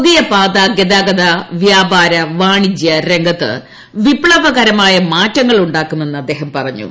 പുതിയ പാത ഗതാഗത വ്യാപാര വാണിജ്യ രംഗത്ത് വിപ്തവകരമായ മാറ്റങ്ങൾ ഉണ്ടാക്കുമെന്ന് അദ്ദേഹം പറഞ്ഞു